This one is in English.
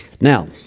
Now